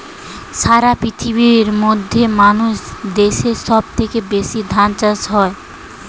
সারা পৃথিবীর মধ্যে ভারত দেশে সব থেকে বেশি ধান চাষ হয়